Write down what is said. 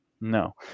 No